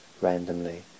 randomly